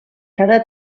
cada